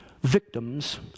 victims